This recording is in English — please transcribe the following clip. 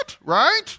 right